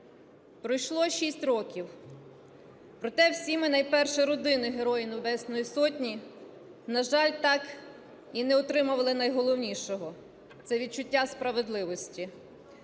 Пройшло 6 років. Проте найперше родини Героїв Небесної Сотні, на жаль, так і не отримали найголовнішого – це відчуття справедливості.